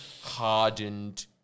hardened